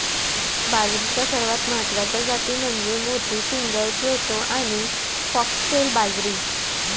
बाजरीच्या सर्वात महत्वाच्या जाती म्हणजे मोती, फिंगर, प्रोसो आणि फॉक्सटेल बाजरी